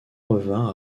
revinrent